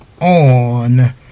on